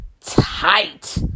tight